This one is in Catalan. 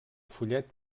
fullet